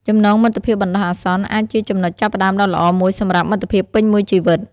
ចំណងមិត្តភាពបណ្ដោះអាសន្នអាចជាចំណុចចាប់ផ្តើមដ៏ល្អមួយសម្រាប់មិត្តភាពពេញមួយជីវិត។